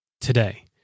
today